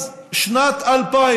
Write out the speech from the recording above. שנת 2000